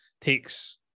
takes